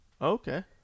Okay